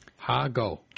Hago